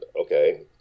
Okay